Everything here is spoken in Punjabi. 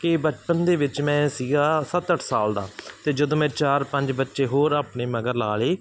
ਕਿ ਬਚਪਨ ਦੇ ਵਿੱਚ ਮੈਂ ਸੀਗਾ ਸੱਤ ਅੱਠ ਸਾਲ ਦਾ ਅਤੇ ਜਦੋਂ ਮੈਂ ਚਾਰ ਪੰਜ ਬੱਚੇ ਹੋਰ ਆਪਣੇ ਮਗਰ ਲਾ ਲਏ